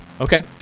Okay